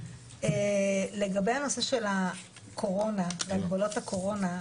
לגבי הנושא של הקורונה והגבלות הקורונה,